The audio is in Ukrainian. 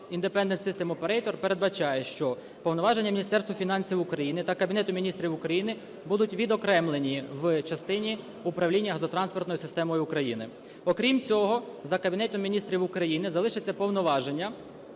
Independent System Operator передбачає, що повноваження Міністерства фінансів України та Кабінету Міністрів України будуть відокремлені в частині управління газотранспортною системою України. Окрім цього, за Кабінетом Міністрів України залишаться повноваження